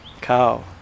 Cow